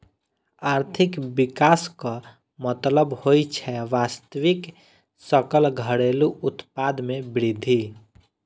आर्थिक विकासक मतलब होइ छै वास्तविक सकल घरेलू उत्पाद मे वृद्धि